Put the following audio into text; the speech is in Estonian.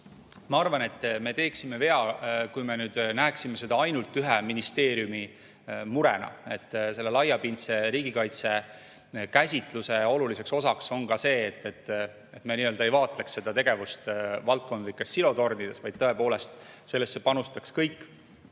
Ma arvan, et me teeksime vea, kui me näeksime seda ainult ühe ministeeriumi murena. Selle laiapindse riigikaitse käsitluse oluline osa on ka see, et me ei vaatle seda tegevust valdkondlikes silotornides, vaid tõepoolest sellesse panustaks kõik.